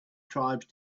tribes